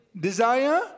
desire